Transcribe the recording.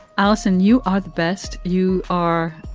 alison, you are the best. you are.